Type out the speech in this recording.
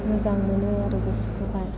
मोजां मोनो आरो गोसोखौहाय